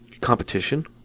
Competition